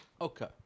okay